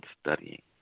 studying